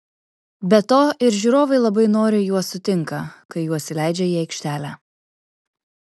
be to ir žiūrovai labai noriai juos sutinka kai juos įleidžia į aikštelę